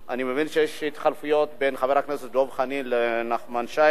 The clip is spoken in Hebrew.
אני מבין שיש התחלפות בין חבר הכנסת דב חנין לבין נחמן שי.